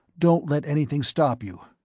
don't let anything stop you.